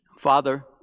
Father